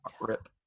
Rip